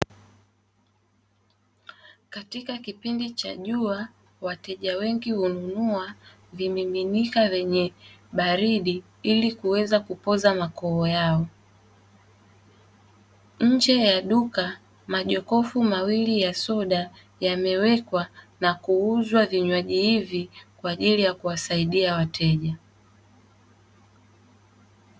Katika kipindi cha jua wateja wengi hununua vimiminika vyenye baridi ili kuweza kupoza makoo yao. Nje ya duka majokofu mawili ya soda yamewekwa na kuuzwa vinywaji hivi kwa ajili ya kuwasaidia wateja.